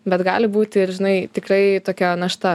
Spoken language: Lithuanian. bet gali būti ir žinai tikrai tokia našta